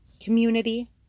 community